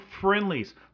friendlies